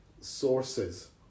sources